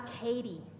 Katie